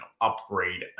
upgrade